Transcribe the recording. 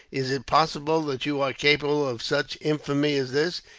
is it possible that you are capable of such infamy as this?